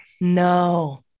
No